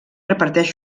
reparteix